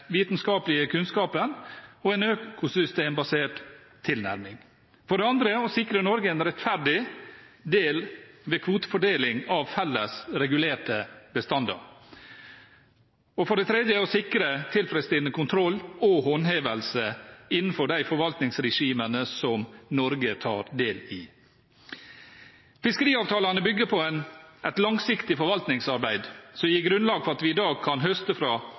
vitenskaplige kunnskapen og en økosystembasert tilnærming å sikre Norge en rettferdig del ved kvotefordeling av felles regulerte bestander å sikre tilfredsstillende kontroll og håndhevelse innenfor de forvaltningsregimene som Norge tar del i Fiskeriavtalene bygger på et langsiktig forvaltningsarbeid som gir grunnlag for at vi i dag kan høste fra